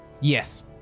Yes